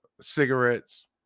cigarettes